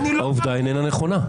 העובדה איננה נכונה.